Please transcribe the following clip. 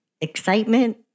excitement